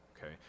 Okay